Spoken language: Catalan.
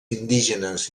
indígenes